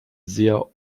sehr